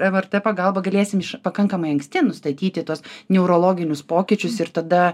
mrt pagalba galėsim iš pakankamai anksti nustatyti tuos neurologinius pokyčius ir tada